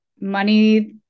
money